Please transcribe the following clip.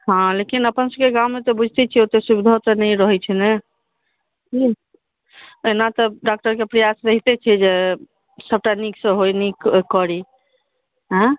हँ लेकिन अपनसभके गाममे तऽ बुझिते छिऐ ओतए सुविधो तऽ नहि रहए छै ने एना तऽ डॉक्टरके प्रयास रहिते छै जे सभटा नीकसँ होइ नीक करी आयंँ